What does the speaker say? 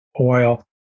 oil